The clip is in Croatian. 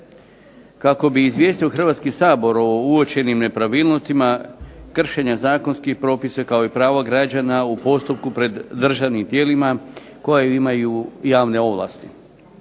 Kako bi izvijestio Hrvatski sabor o uočenim nepravilnostima kršenja zakonskih propisa kao i pravo građana u postupku pred državnim tijelima koja imaju javne ovlasti.